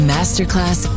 Masterclass